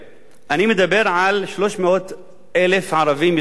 אני מדבר על 300,000 ערבים ישראלים,